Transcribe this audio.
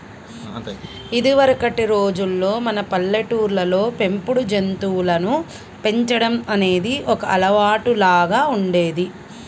ఇదివరకటి రోజుల్లో మన పల్లెటూళ్ళల్లో పెంపుడు జంతువులను పెంచడం అనేది ఒక అలవాటులాగా ఉండేది